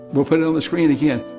we'll put it on the screen again.